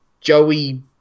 Joey